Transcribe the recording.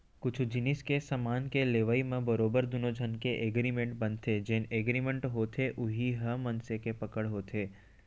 कुछु जिनिस के समान के लेवई म बरोबर दुनो झन के एगरिमेंट बनथे जेन एगरिमेंट होथे उही ह मनसे के पकड़ होथे